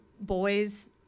boys